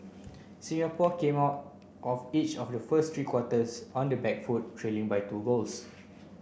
Singapore came out of each of the first three quarters on the back foot trailing by two goals